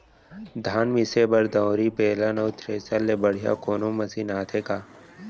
धान मिसे बर दंवरि, बेलन अऊ थ्रेसर ले बढ़िया कोनो मशीन आथे का?